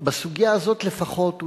בסוגיה הזאת לפחות,